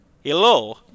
Hello